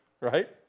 right